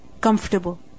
comfortable